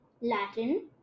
Latin